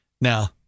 Now